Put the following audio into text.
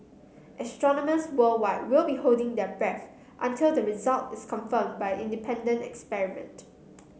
astronomers worldwide will be holding their breath until the result is confirmed by independent experiment